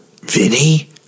Vinny